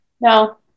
No